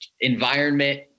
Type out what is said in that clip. environment